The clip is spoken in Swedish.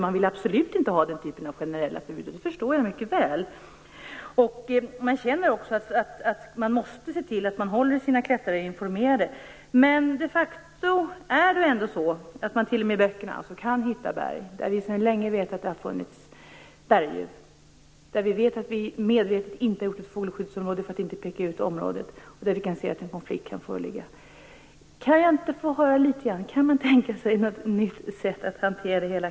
Den typen av generella förbud vill man absolut inte ha, och det förstår jag mycket väl. Man känner också att man måste se till att klättrarna hålls informerade. De facto kan man t.o.m. i böcker hitta berg där vi sedan länge vet att det finns berguv och där vi medvetet inte har gjort ett fågelskyddsområde just för att inte peka ut ett område där vi kan se att en konflikt kan föreligga. Kan man tänka sig ett nytt sätt att hantera det hela?